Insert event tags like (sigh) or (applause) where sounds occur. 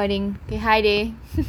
hi they (laughs)